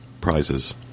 prizes